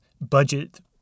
budget